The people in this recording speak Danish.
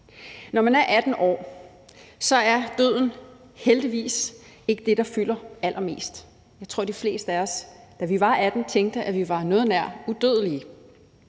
Når man er 18 år, er døden heldigvis ikke det, der fylder allermest. Jeg tror, de fleste af os, da vi var 18 år, tænkte, at vi var noget nær udødelige.